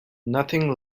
nothing